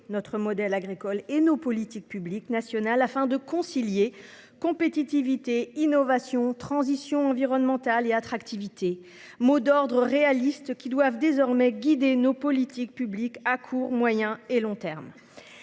notre modèle agricole et nos politiques publiques nationales afin de concilier compétitivité Innovation, transition environnementale et attractivité. Mot d'ordre réaliste qui doivent désormais guider nos politiques publiques à court, moyen et long terme.